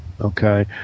okay